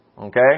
Okay